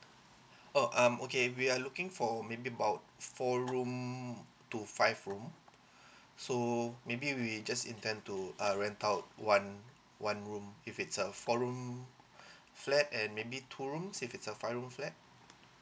oh um okay we are looking for maybe about four room to five room so maybe we just intent to uh rent out one one room if it's a four room flat and maybe two rooms if it's a five room flat